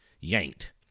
yanked